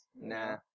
Nah